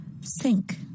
Sink